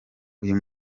uyu